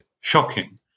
shocking